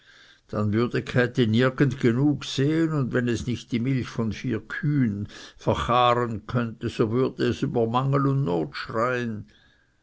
dann würde käthi nirgend genug sehen und wenn es nicht die milch von vier kühen verchaaren könnte so würde es über mangel und not schreien